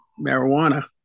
marijuana